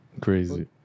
Crazy